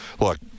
look